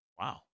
Wow